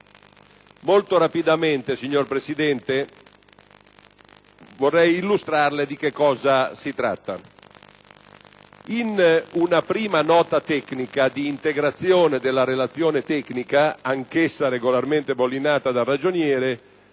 Molto rapidamente, signor Presidente, vorrei illustrarle di cosa si tratta. In una prima Nota tecnica di integrazione della Relazione tecnica, anch'essa regolarmente bollinata dal Ragioniere,